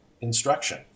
instruction